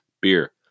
beer